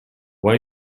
why